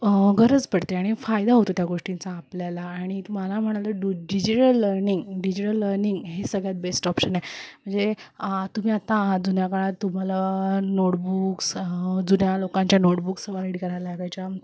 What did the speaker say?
ग गरज पडते आणि फायदा होतो त्या गोष्टींचा आपल्याला आणि तुम्हाला म्हणायलं डुजिटल लर्निंग डिजिटल लर्निंग हे सगळ्यात बेस्ट ऑप्शनए म्हणजे तुम्ही आता जुन्या काळात तुम्हाला नोटबुक्स जुन्या लोकांच्या नोटबुक्स वाईड करायला लागायच्या